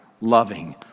loving